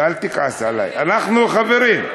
ואל תכעס עלי, אנחנו חברים.